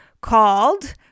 called